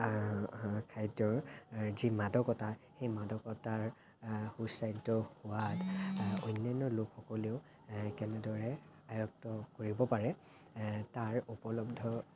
খাদ্যৰ যি মাদকতা সেই মাদকতাৰ সুস্বাদ্য সোৱাদ অন্য়ান্য় লোকসকলেও কেনেদৰে আয়ত্ত্ৱ কৰিব পাৰে তাৰ উপলব্ধ